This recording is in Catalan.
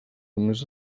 només